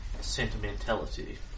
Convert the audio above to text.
sentimentality